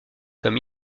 comme